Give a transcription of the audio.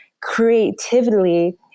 creatively